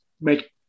make